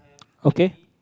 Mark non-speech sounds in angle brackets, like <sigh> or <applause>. <noise> okay